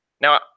now